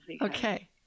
Okay